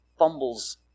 fumbles